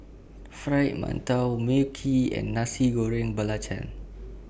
Fried mantou Mui Kee and Nasi Goreng